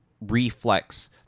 reflex